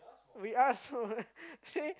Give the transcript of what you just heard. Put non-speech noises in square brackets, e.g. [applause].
we are small [laughs] actually